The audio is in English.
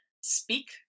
Speak